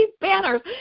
banners